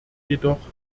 jedoch